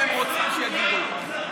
אני מבקשת שקט באולם.